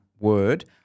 word